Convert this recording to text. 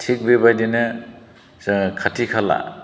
थिग बेबायदिनो जोङो खाथि खाला